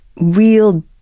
real